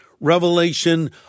Revelation